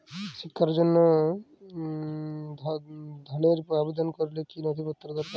শিক্ষার জন্য ধনের আবেদন করলে কী নথি দরকার হয়?